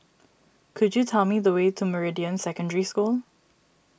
could you tell me the way to Meridian Secondary School